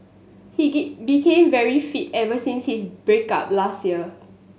he became very fit ever since his break up last year